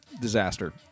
disaster